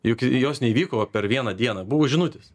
juk jos neįvyko per vieną dieną buvo žinutės